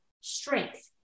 strength